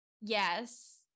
Yes